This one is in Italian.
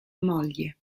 moglie